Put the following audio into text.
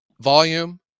Volume